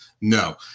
No